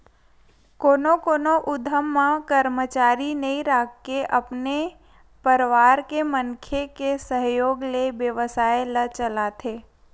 कोनो कोनो उद्यम म करमचारी नइ राखके अपने परवार के मनखे के सहयोग ले बेवसाय ल चलाथे